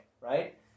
right